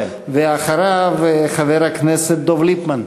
אחריו, חבר הכנסת דב ליפמן.